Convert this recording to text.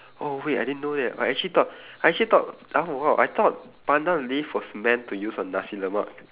oh wait I didn't know that I actually thought I actually thought oh !wow! I thought pandan leaf was meant to use on nasi lemak